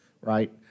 right